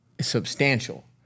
substantial